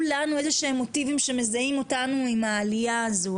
לנו מוטיבים כלשהם שמזהים אותנו עם העלייה הזו,